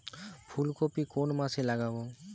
ফুলকপি কোন মাসে লাগাবো?